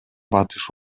батыш